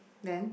then